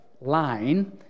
line